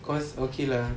cause okay lah